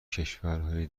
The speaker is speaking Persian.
کشورهای